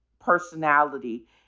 personality